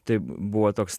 tai buvo toks